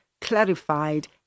Clarified